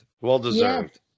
Well-deserved